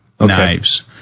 knives